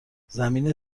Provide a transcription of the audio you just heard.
زمین